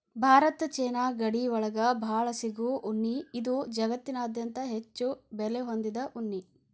ಭಾರತ ಚೇನಾ ಗಡಿ ಒಳಗ ಬಾಳ ಸಿಗು ಉಣ್ಣಿ ಇದು ಜಗತ್ತನ್ಯಾಗ ಹೆಚ್ಚು ಬೆಲೆ ಹೊಂದಿದ ಉಣ್ಣಿ